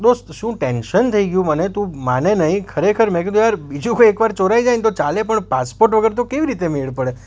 દોસ્ત શું ટેન્સન થઈ ગયું મને તું માને નહીં ખરેખર મેં કીધું યાર બીજું કંઈ એકવાર ચોરાઇ જાય ને તો ચાલે પણ પાસપોર્ટ વગર તો કેવી રીતે મેળ પડે